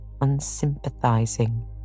unsympathizing